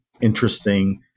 interesting